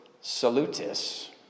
Salutis